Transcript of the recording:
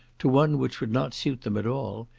to one which would not suit them at all,